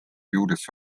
juures